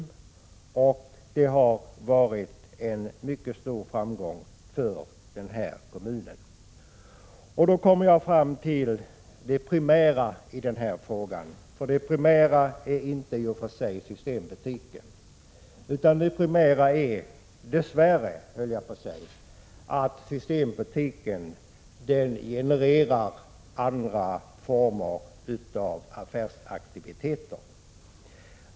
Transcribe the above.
Kommunen har fått mycket stor framgång. Det primära i denna fråga är i och för sig inte systembutiken, utan det primära är — dess värre, skulle jag nästan vilja säga — att systembutiken genererar andra former av affärsaktiviteter.